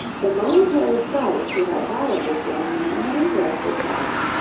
the momentary sight she had had of this young man had interested sally.